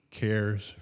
cares